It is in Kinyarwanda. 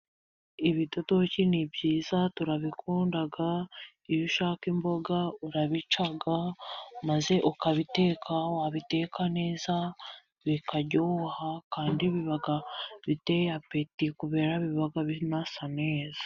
Ibidodoki ni byiza turabikunda, iyo ushaka imboga urabica maze ukabiteka wabiteka neza bikaryoha, kandi biba biteye apeti kubera biba bisa neza.